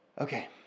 okay